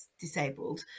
disabled